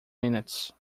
minutes